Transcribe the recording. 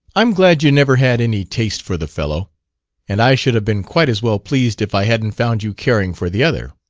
i'm glad you never had any taste for the fellow and i should have been quite as well pleased if i hadn't found you caring for the other.